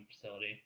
facility